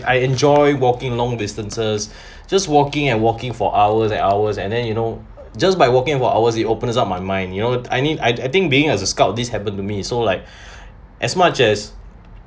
I enjoy walking long distances just walking and walking for hours and hours and then you know just by walking for hours it opens up my mind you know I need I I think being as a scout this happened to me so like as much as